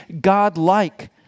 God-like